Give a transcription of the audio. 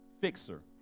fixer